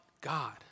God